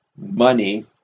money